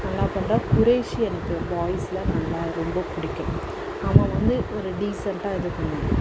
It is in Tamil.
நல்லா பண்றா குறைஷி எனக்கு பாய்ஸில் நல்லா ரொம்ப பிடிக்கும் அவன் வந்து ஒரு டீசென்டாக இது பண்ணுவான்